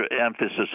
emphasis